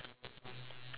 of course not